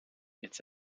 its